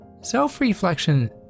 Self-reflection